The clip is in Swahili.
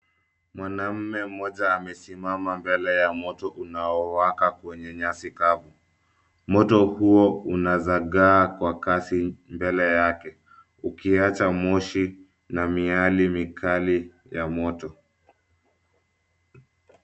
Mwanaume mmoja amesimama mbele ya moto unaowaka kwenye nyasi kavu. Moto huo unazagaa kwa kasi mbele yake, ukiacha moshi na miale mikali ya moto.